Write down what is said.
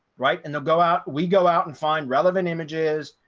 right, and they'll go out, we go out and find relevant images,